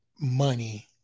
money